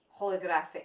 holographic